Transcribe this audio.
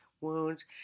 wounds